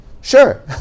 sure